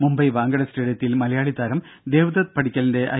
മുംബൈ വാങ്കഡെ സ്റ്റേഡിയത്തിൽ മലയാളിതാരം ദേവ്ദത്ത് പടിക്കലിന്റെ ഐ